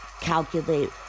calculate